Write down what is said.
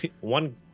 one